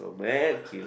thank you